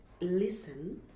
listen